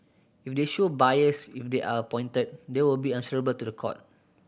if they show bias if they are appointed they will be answerable to the court